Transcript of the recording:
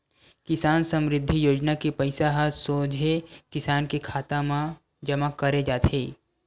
किसान समरिद्धि योजना के पइसा ह सोझे किसान के खाता म जमा करे जाथे